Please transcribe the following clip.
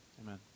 Amen